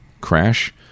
crash